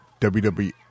WWE